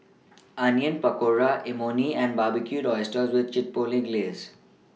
Onion Pakora Imoni and Barbecued Oysters with Chipotle Glaze